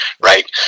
right